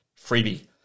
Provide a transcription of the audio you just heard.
freebie